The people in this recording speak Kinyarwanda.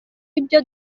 ibyo